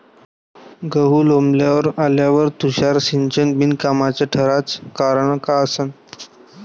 गहू लोम्बावर आल्यावर तुषार सिंचन बिनकामाचं ठराचं कारन का असन?